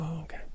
Okay